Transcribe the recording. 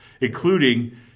including